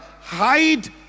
hide